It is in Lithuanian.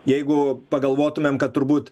jeigu pagalvotumėm kad turbūt